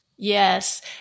Yes